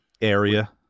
area